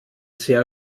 sehr